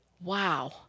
Wow